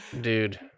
dude